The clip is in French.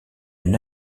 une